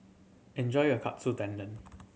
enjoy your Katsu Tendon